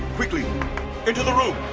quickly into the room.